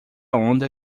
onda